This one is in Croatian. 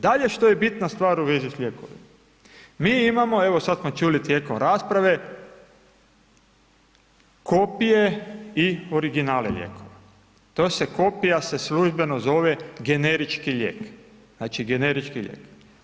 Dalje što je bitna stvar u svezi s lijekovima, mi imamo, evo sad smo čuli tijekom rasprave, kopije i originale lijekove, to se kopija se službeno zove generički lijek, znači, generički lijek.